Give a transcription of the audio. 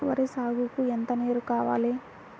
వరి సాగుకు ఎంత నీరు కావాలి?